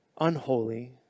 unholy